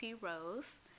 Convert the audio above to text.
Rose